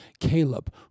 Caleb